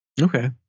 Okay